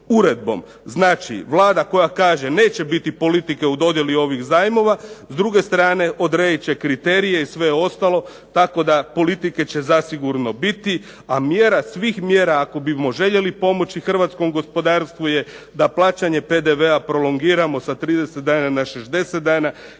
uredbom. Znači, Vlada koja kaže neće biti politike u dodjeli ovog zajmova, s druge strane odredit će kriterije i sve ostalo tako da politike će zasigurno biti, a mjera svih mjera ako bismo željeli pomoći Hrvatskom gospodarstvu je da plaćanje PDV-a prolongiramo sa 30 dana na 60 dana,